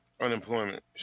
Unemployment